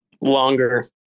Longer